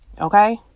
Okay